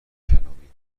کلامی